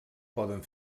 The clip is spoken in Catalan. poden